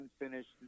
unfinished